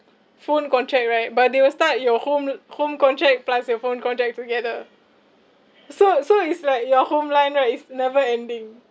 phone contract right but they will start your home l~ home contract plus your phone contract together so so it's like your home line right is never ending